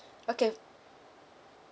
okay